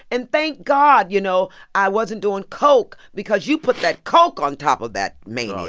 and thank god, you know, i wasn't doing coke because you put that coke on top of that mania,